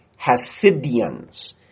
Hasidians